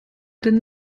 denn